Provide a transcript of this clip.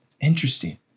interesting